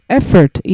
effort